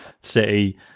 city